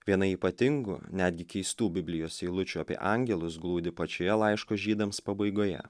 viena ypatingų netgi keistų biblijos eilučių apie angelus glūdi pačioje laiško žydams pabaigoje